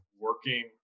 working